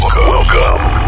Welcome